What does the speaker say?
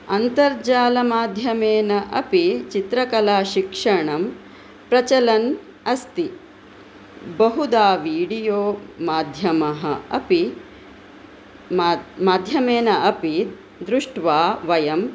अन्तर्जालमाध्यमेन अपि चित्रकलाशिक्षणं प्रचलन् अस्ति बहुधा वीडियो माध्यमः अपि माध्यमेन अपि द्रुष्ट्वा वयं